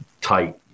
tight